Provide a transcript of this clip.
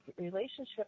relationship